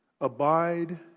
Abide